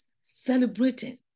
celebrating